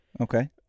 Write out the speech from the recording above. Okay